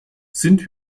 sind